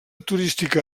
turística